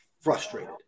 frustrated